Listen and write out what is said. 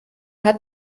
hat